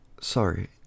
Sorry